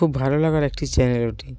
খুব ভালো লাগার একটি চ্যানেল ওটি